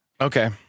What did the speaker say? Okay